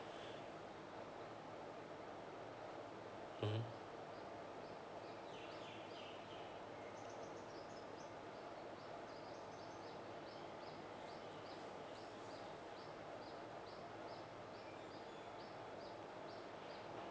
mmhmm